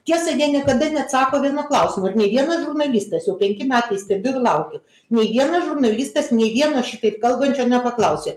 tiesa jie niekada neatsako vieno klausimo ir nei vienas žurnalistas jau penki metai stebiu ir laukiu nei vienas žurnalistas nei vieno šitaip kalbančio nepaklausė